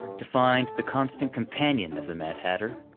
to find the constant companion of the mad hatter,